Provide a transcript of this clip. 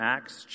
Acts